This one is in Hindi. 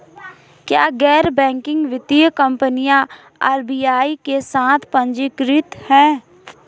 क्या गैर बैंकिंग वित्तीय कंपनियां आर.बी.आई के साथ पंजीकृत हैं?